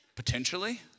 Potentially